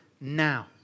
now